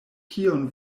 kion